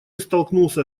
столкнулся